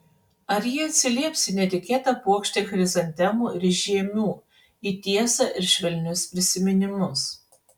ar ji atsilieps į netikėtą puokštę chrizantemų ir žiemių į tiesą ir švelnius prisiminimus